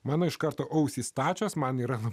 mano iš karto ausys stačios man yra